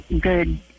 good